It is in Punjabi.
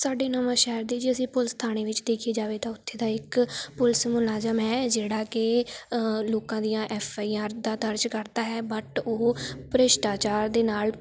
ਸਾਡੀ ਨਵਾਂ ਸ਼ਹਿਰ ਦੀ ਜੀ ਅਸੀਂ ਪੁਲਿਸ ਥਾਣੇ ਵਿੱਚ ਦੇਖੀ ਜਾਵੇ ਤਾਂ ਉੱਥੇ ਦਾ ਇੱਕ ਪੁਲਿਸ ਮੁਲਾਜ਼ਮ ਹੈ ਜਿਹੜਾ ਕਿ ਲੋਕਾਂ ਦੀਆਂ ਐਫ ਆਈ ਆਰ ਦਾ ਦਰਜ ਕਰਦਾ ਹੈ ਬਟ ਉਹ ਭਰਿਸ਼ਟਾਚਾਰ ਦੇ ਨਾਲ